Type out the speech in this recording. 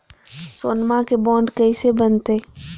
सोनमा के बॉन्ड कैसे बनते?